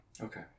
Okay